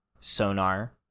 Sonar